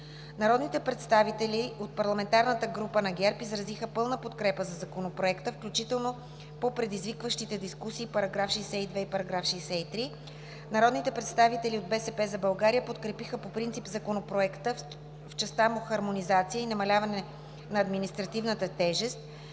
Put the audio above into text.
Народните представители от ПГ на ГЕРБ изразиха пълна подкрепа за Законопроекта, включително по предизвикващите дискусия § 62 и § 63. Народните представители от „БСП за България” подкрепиха по принцип Законопроекта, в частта му хармонизация и намаляване на административната тежест,